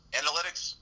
analytics